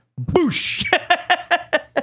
Boosh